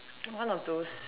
one of those